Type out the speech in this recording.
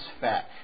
fat